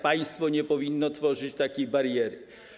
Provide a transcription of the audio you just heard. Państwo nie powinno tworzyć takiej bariery.